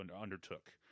undertook